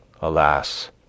alas